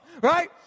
right